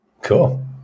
cool